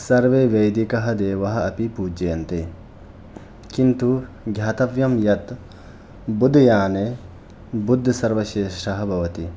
सर्वे वैदिकः देवाः अपि पूज्यन्ते किन्तु ज्ञातव्यं यत् बुदयाने बुद्धसर्वश्रेष्ठः भवति